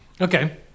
Okay